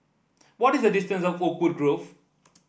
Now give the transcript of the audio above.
what is the distance to Oakwood Grove